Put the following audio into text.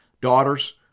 daughters